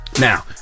Now